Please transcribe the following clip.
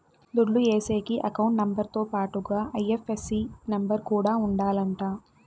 దుడ్లు ఏసేకి account number తో పాటుగా ఐ.ఎఫ్.ఎస్.సి నెంబర్ కూడా ఉండాలంట